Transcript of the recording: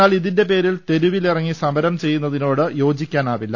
എന്നാൽ ഇതിന്റെ പേരിൽ തെരുവിലിറങ്ങി സമരം ചെയ്യുന്നതിനോട് യോജിക്കാ നാവില്ല